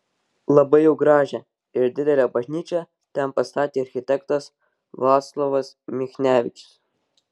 labai jau gražią ir didelę bažnyčią ten pastatė architektas vaclovas michnevičius